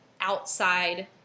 outside